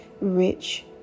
rich